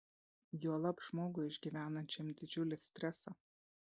juolab žmogui išgyvenančiam didžiulį stresą